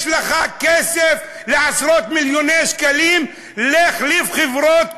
יש לך כסף של עשרות-מיליוני שקלים להחליף חברות,